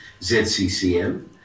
ZCCM